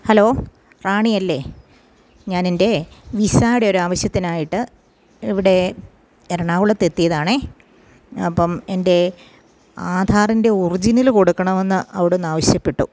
hello റാണിയല്ലേ ഞാനെൻ്റെ വിസയുടെ ഒരവശ്യത്തിനായിട്ട് ഇവിടെ എറണാകുളത്ത് എത്തിയതാണേ അപ്പം എൻ്റെ ആധാറിൻ്റെ ഒറിജിനൽ കൊടുക്കണമെന്ന് അവിടുന്ന് ആവശ്യപ്പെട്ടു